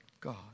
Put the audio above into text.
God